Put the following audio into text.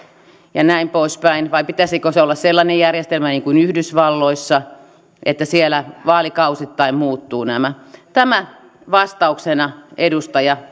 ja näin poispäin vai pitäisikö sen olla sellainen järjestelmä niin kuin yhdysvalloissa että siellä vaalikausittain muuttuu nämä tämä vastauksena edustaja